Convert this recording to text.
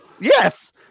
yes